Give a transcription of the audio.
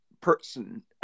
person